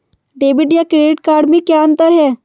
Debit या credit card में क्या अन्तर है?